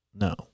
No